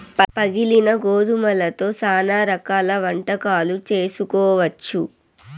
పగిలిన గోధుమలతో శ్యానా రకాల వంటకాలు చేసుకోవచ్చు